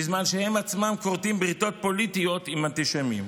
בזמן שהם כורתים בריתות פוליטיות עם אנטישמים.